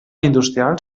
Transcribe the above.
industrial